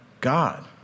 God